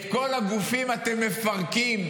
את כל הגופים אתם מפרקים,